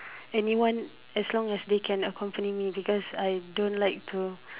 anyone as long as they can accompany me because I don't like to